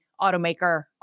automaker